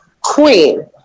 queen